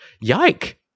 yike